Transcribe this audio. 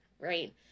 Right